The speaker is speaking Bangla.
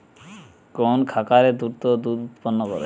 কোন খাকারে দ্রুত দুধ উৎপন্ন করে?